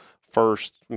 first